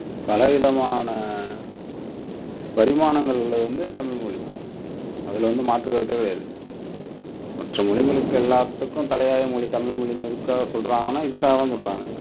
பலவிதமான பரிமாணங்கள் உள்ளது வந்து தமிழ்மொழி அதில் வந்து மாற்றுக்கருத்தே கிடையாது மற்ற மொழிகளுக்கு எல்லாத்துக்கும் தலையாய மொழி தமிழ்மொழின்னு எதுக்காக சொல்லுறாங்கனா இதுக்காக தான் சொல்லுறாங்க